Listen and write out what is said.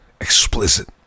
explicit